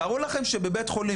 תארו לכם בבית חולים,